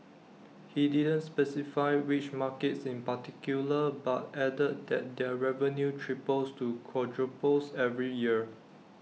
he didn't specify which markets in particular but added that their revenue triples to quadruples every year